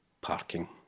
parking